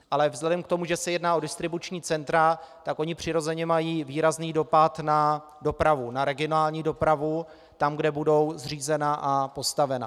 Ale vzhledem k tomu, že se jedná o distribuční centra, tak ona přirozeně mají výrazný dopad na dopravu, na regionální dopravu tam, kde budou zřízena a postavena.